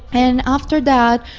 and after that,